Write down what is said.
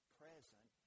present